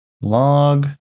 Log